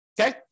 okay